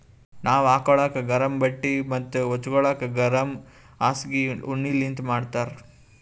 ನಾವ್ ಹಾಕೋಳಕ್ ಗರಮ್ ಬಟ್ಟಿ ಮತ್ತ್ ಹಚ್ಗೋಲಕ್ ಗರಮ್ ಹಾಸ್ಗಿ ಉಣ್ಣಿಲಿಂತ್ ಮಾಡಿರ್ತರ್